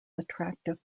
attractive